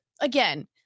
again